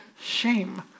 shame